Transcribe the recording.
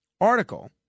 article